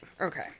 Okay